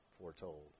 foretold